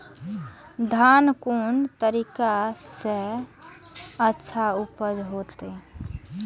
धान कोन तरीका से अच्छा उपज होते?